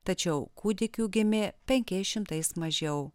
tačiau kūdikių gimė penkiais šimtais mažiau